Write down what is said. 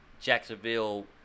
Jacksonville